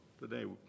Today